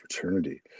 fraternity